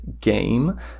game